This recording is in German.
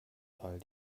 fall